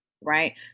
right